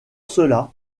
cela